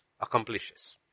accomplishes